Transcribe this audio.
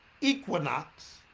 equinox